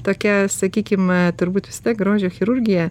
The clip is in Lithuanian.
tokia sakykim turbūt visada grožio chirurgija